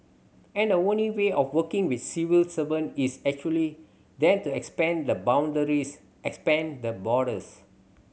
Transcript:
and the only way of working with civil servant is actually then to expand the boundaries expand the borders